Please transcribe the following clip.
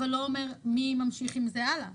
אבל לא אומרים מי ממשיך עם זה הלאה.